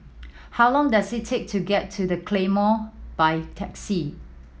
how long does it take to get to The Claymore by taxi